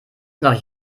noch